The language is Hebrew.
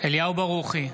אליהו ברוכי,